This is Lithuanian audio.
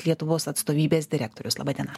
lietuvos atstovybės direktorius laba diena